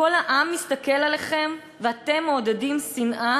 כל העם מסתכל עליכם, ואתם מעודדים שנאה?